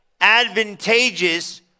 advantageous